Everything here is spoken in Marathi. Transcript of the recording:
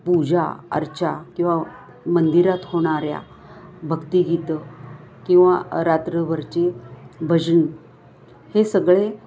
पूजा अर्चा किंवा मंदिरात होणाऱ्या भक्तिगीतं किंवा रात्रभरची भजन हे सगळे